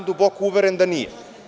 Duboko sam uveren da nije.